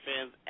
fans